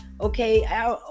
Okay